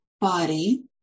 body